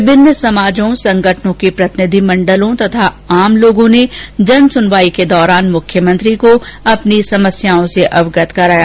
विभिन्न समाजों संगठनों के प्रतिनिधिमंडलों तथा आम लोगों ने जन सुनवाई के दौरान मुख्यमंत्री को अपनी समस्याओं से अवगत कराया